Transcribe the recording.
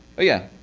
yeah.